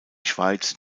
schweiz